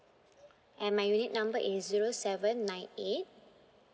and my unit number is zero seven nine eight